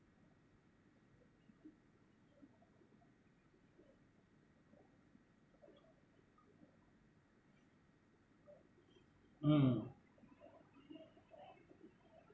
mm